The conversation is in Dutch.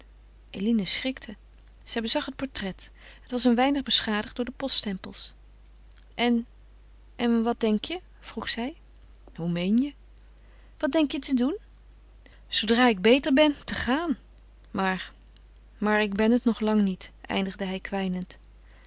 eline schrikte zij bezag het portret het was een weinig beschadigd door de poststempels en en wat denk je vroeg zij hoe meen je wat denk je te doen zoodra ik beter ben te gaan maar maar ik ben het nog lang niet eindigde hij